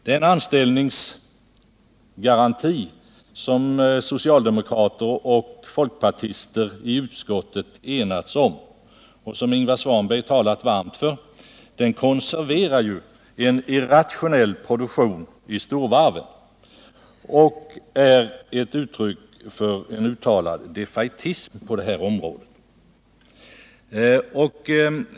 Den anställningsgaranti som socialdemokrater och folpartister i utskottet enats om och som Ingvar Svanberg talat varmt för konserverar en irrationell produktion i storvarven och är ett uttryck för en uttalad defaitism på detta område.